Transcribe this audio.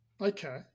Okay